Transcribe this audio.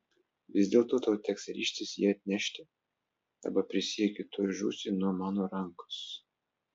vis dėlto tau teks ryžtis jį atnešti arba prisiekiu tuoj žūsi nuo mano rankos